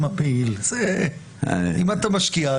זה כדי להדביק גם אותם?